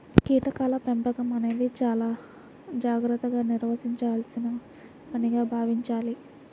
కీటకాల పెంపకం అనేది చాలా జాగర్తగా నిర్వహించాల్సిన పనిగా భావించాలి